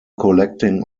collecting